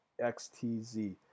XTZ